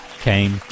Came